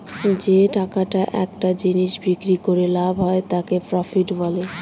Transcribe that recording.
যে টাকাটা একটা জিনিস বিক্রি করে লাভ হয় তাকে প্রফিট বলে